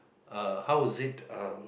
uh how was it uh